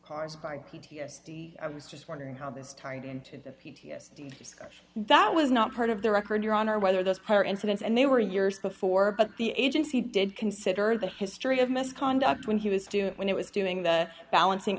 cars by p t s d i was just wondering how this tied into p t s d that was not part of the record your honor whether those prior incidents and they were years before but the agency did consider the history of misconduct when he was doing when it was doing the balancing